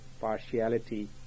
partiality